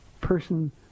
person